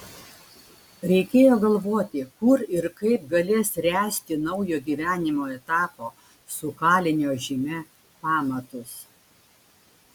reikėjo galvoti kur ir kaip galės ręsti naujo gyvenimo etapo su kalinio žyme pamatus